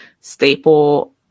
staple